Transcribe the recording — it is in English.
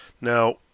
Now